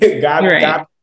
god